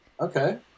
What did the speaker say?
Okay